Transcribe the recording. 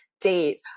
date